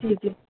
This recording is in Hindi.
जी जी